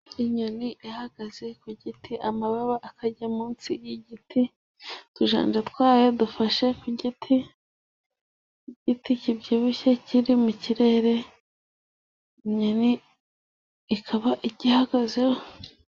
Inyoni ihagaze ku giti amababa akajya munsi y'igiti, utujanja twa yo dufashe ku giti, igiti kibyibushye kiri mu kirere, inyoni ikaba igihagazeho.